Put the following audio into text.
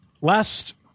last